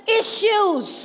issues